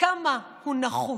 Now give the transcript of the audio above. כמה הוא נחוץ.